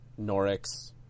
Norix